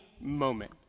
moment